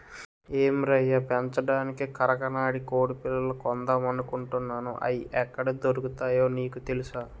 ఏం రయ్యా పెంచడానికి కరకనాడి కొడిపిల్లలు కొందామనుకుంటున్నాను, అయి ఎక్కడ దొరుకుతాయో నీకు తెలుసా?